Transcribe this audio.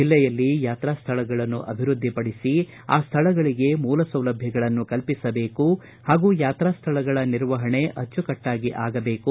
ಜಿಲ್ಲೆಯಲ್ಲಿ ಯಾತ್ರಾ ಸ್ಥಳಗಳನ್ನು ಅಭಿವೃದ್ಧಿಪಡಿಸಿ ಆ ಸ್ಥಳಗಳಿಗೆ ಮೂಲಸೌಲಭ್ಯಗಳನ್ನು ಕಲ್ಪಿಸಬೇಕು ಹಾಗೂ ಯಾತ್ರಾ ಸ್ಥಳಗಳ ನಿರ್ವಹಣೆ ಅಚ್ಚುಕಟ್ಟಾಗಿ ಆಗಬೇಕು